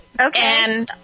Okay